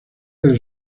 del